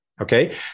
Okay